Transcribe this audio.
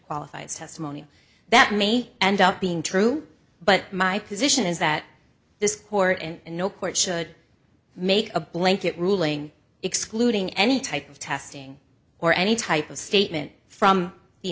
qualify as testimony that may end up being true but my position is that this court and no court should make a blanket ruling excluding any type of testing or any type of statement from the